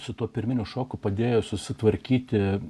su tuo pirminiu šoku padėjo susitvarkyti